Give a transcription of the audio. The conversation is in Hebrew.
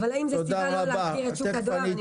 האם זה סיבה לא לשפר את שוק הדואר?